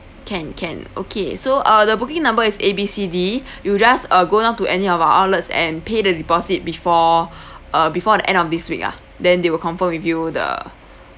can can okay so err the booking number is A B C D you just uh go down to any of our outlets and pay the deposit before uh before the end of this week ah then they will confirm with you the